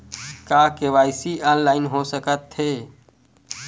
का KYC online हो सकथे?